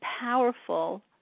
powerful